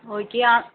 ஓகேயா